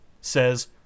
says